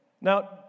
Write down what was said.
Now